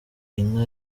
inka